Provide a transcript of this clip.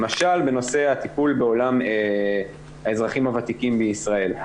למשל בנושא הטיפול בעולם האזרחים הוותיקים בישראל.